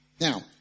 Now